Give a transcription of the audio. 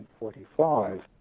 1945